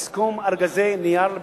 ארגזי נייר לבית-המשפט,